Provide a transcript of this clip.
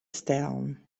stellen